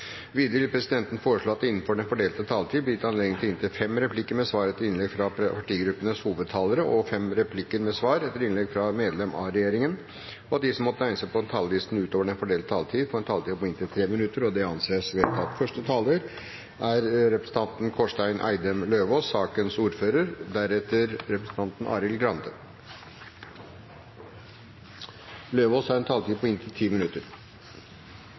Videre vil presidenten foreslå at det blir gitt anledning til replikkordskifte på inntil fem replikker med svar etter innlegg fra partigruppenes hovedtalere og fra medlemmer av regjeringen innenfor den fordelte taletid. Videre blir det foreslått at de som måtte tegne seg på talerlisten utover den fordelte taletid, får en taletid på inntil 3 minutter. – Det anses vedtatt. I dag skal vi behandle en svært viktig melding, en melding som omhandler allmennkringkasting og mediemangfold. Aller først vil jeg få lov til å takke komiteen og alle de som har